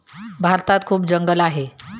भारतात खूप जंगलं आहेत